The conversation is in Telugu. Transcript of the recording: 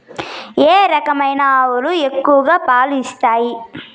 ఏ రకమైన ఆవులు ఎక్కువగా పాలు ఇస్తాయి?